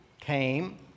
came